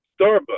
Starbucks